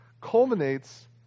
culminates